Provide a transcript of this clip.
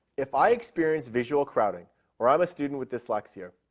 if i experience visual crowding or i'm a student with dyslexia,